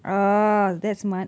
ah that's smart